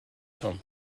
come